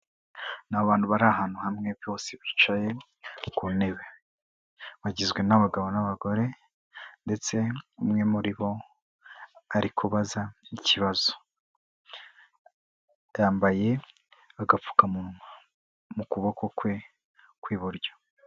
Ni abantu bari ahantu hamwe bose bicaye ku ntebe, bagizwe n'abagabo n'abagore ndetse umwe muri bo ari kubaza ikibazo, yambaye agapfukamunwa mu kuboko kwe kw'iburyo.